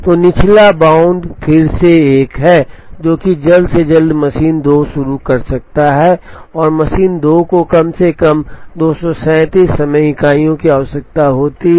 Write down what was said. तो निचला बाउंड फिर से 1 है जो कि जल्द से जल्द मशीन 2 शुरू हो सकता है और मशीन 2 को कम से कम 237 समय इकाइयों की आवश्यकता होती है